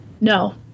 No